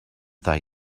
they